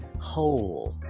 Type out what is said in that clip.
Hole